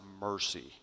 mercy